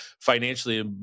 financially